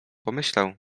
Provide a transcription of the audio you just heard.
pomyślał